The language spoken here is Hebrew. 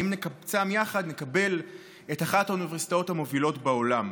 ואם נקבצם יחד נקבל את אחת האוניברסיטאות המובילות בעולם.